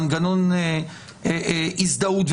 מנגנון הזדהות,